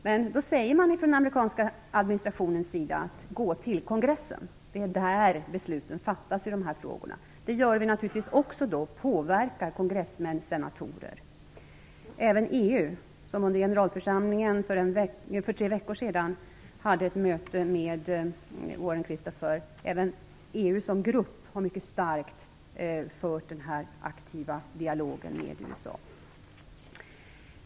Men i den amerikanska administrationen bad man oss gå till kongressen, därför att det är där besluten fattas i dessa frågor. Det gör vi naturligtvis också, och påverkar kongressmän och senatorer. Även EU, som under generalförsamlingen för tre veckor sedan hade ett möte med Warren Christopher, har som grupp mycket kraftfullt fört denna aktiva dialog med USA.